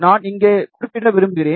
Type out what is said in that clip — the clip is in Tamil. நான் இங்கே குறிப்பிட விரும்புகிறேன்